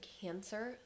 cancer